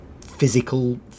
physical